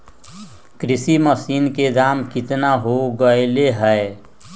कृषि मशीन के दाम कितना हो गयले है?